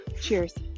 Cheers